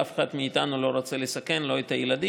ואף אחד מאיתנו לא רוצה לסכן לא את הילדים,